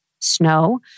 snow